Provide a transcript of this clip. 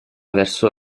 verso